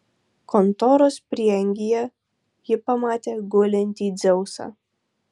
kontoros prieangyje ji pamatė gulintį dzeusą